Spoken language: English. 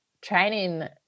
training